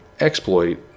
exploit